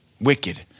Wicked